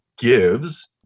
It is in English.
gives